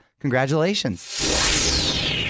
Congratulations